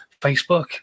Facebook